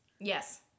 yes